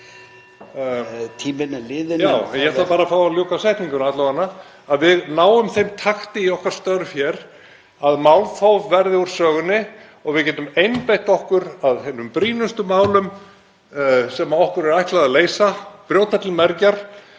Já, ég ætla bara að fá að ljúka setningunni alla vega. Að við náum þeim takti í okkar störf hér að málþóf verði úr sögunni og við getum einbeitt okkur að hinum brýnustu málum sem okkur er ætlað að leysa, brjóta til mergjar